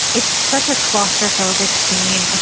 it's such a claustrophobic scene. and